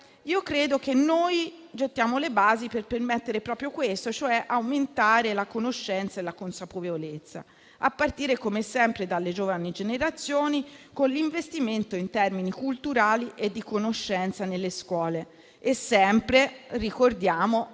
credo che gettiamo le basi per permettere proprio questo, cioè aumentare la conoscenza e la consapevolezza, a partire come sempre dalle giovani generazioni, con l'investimento in termini culturali e di conoscenza nelle scuole (sempre - lo ricordiamo